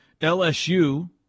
LSU